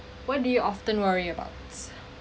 what do you often worry about